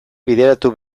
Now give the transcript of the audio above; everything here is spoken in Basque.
bideratu